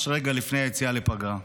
רגע לפני היציאה לפגרה.